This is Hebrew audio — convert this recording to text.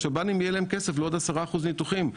לשב"נים יהיה כסף לעוד 10% ניתוחים.